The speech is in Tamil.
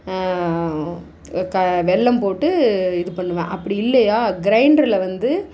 க வெல்லம் போட்டு இது பண்ணுவேன் அப்படி இல்லையா கிரைண்டரில் வந்து